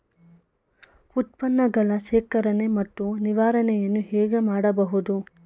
ಉತ್ಪನ್ನಗಳ ಶೇಖರಣೆ ಮತ್ತು ನಿವಾರಣೆಯನ್ನು ಹೇಗೆ ಮಾಡಬಹುದು?